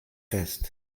fest